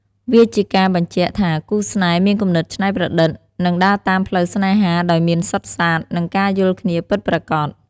វាជាការបញ្ជាក់ថាគូស្នេហ៍មានគំនិតច្នៃប្រឌិត និងដើរតាមផ្លូវស្នេហាដោយមានសុទ្ធសាធ និងការយល់គ្នាពិតប្រាកដ។